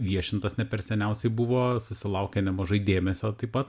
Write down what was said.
viešintas ne per seniausiai buvo susilaukė nemažai dėmesio taip pat